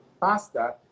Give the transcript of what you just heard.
pasta